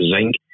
Zinc